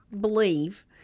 believe